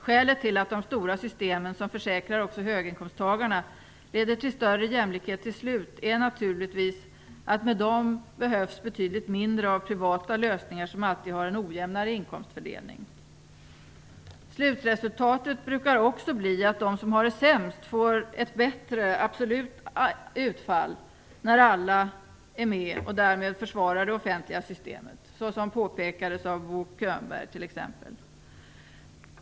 Skälet till att de stora systemen, som försäkrar också höginkomsttagarna, till slut leder till större jämlikhet är naturligtvis att med dessa behövs betydligt mindre av privata lösningar, som alltid har en ojämnare inkomstfördelning. Slutresultatet brukar också bli att de som har det sämst får ett bättre absolut utfall när alla är med och därmed försvarar det offentliga systemet, vilket påpekades av bl.a. Bo Könberg.